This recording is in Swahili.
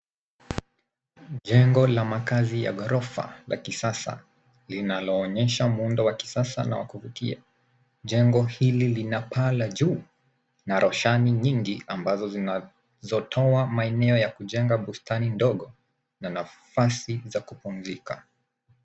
Jengo la makazi ya ghorofa la kisasa linaloonyesha muundo wa kisasa na kuvutia. Jengo hili lina paa la juu na roshani nyingi ambazo zinazotoa maeneo ya kujenga bustani ndogo na nafasi za kupumzika.